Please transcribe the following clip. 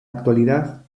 actualidad